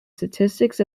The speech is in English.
statistics